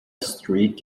street